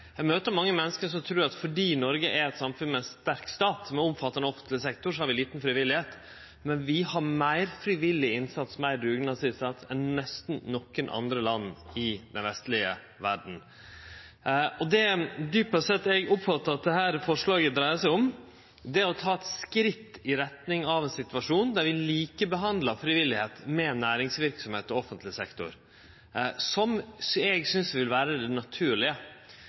Ein møter mange menneske som trur at fordi Noreg er eit samfunn med ein sterk stat, med omfattande offentleg sektor, har vi lite frivilligheit. Men vi har meir frivillig innsats, meir dugnadsinnsats enn nesten nokon andre land i den vestlege verda. Det eg djupast sett oppfattar at dette forslaget dreier seg om, er å ta eit skritt i retning av ein situasjon der vi likebehandlar frivilligheit med næringsverksemd og offentleg sektor, som eg synest vil vere det